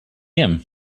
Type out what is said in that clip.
him